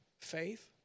Faith